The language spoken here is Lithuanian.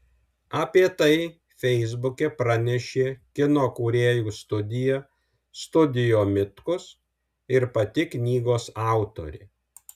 apie tai feisbuke pranešė kino kūrėjų studija studio mitkus ir pati knygos autorė